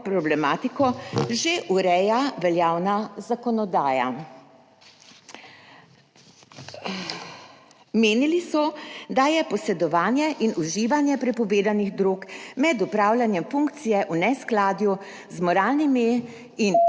že ureja veljavna zakonodaja. Menili so, da je posedovanje in uživanje prepovedanih drog med opravljanjem funkcije v neskladju z moralnimi in etičnimi